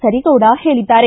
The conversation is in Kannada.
ಕರೀಗೌಡ ಹೇಳಿದ್ದಾರೆ